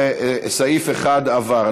וסעיף 1 עבר.